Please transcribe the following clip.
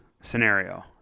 scenario